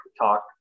talk